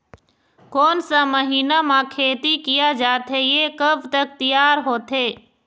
कोन सा महीना मा खेती किया जाथे ये कब तक तियार होथे?